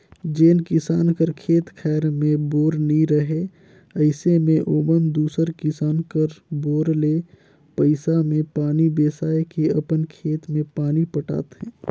जेन किसान कर खेत खाएर मे बोर नी रहें अइसे मे ओमन दूसर किसान कर बोर ले पइसा मे पानी बेसाए के अपन खेत मे पानी पटाथे